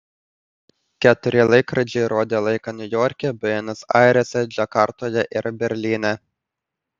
keturi laikrodžiai rodė laiką niujorke buenos airėse džakartoje ir berlyne